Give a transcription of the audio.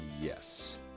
Yes